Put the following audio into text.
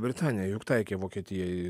britanija juk taikė vokietijai